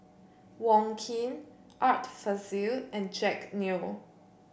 Wong Keen Art Fazil and Jack Neo